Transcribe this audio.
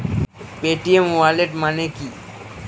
Paytm wallet মানে কি?